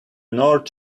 north